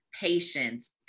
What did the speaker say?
patience